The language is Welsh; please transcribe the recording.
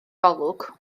golwg